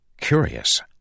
Curious